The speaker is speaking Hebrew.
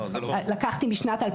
לקחתי משנת 2022,